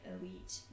elite